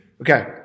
Okay